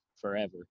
forever